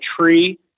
tree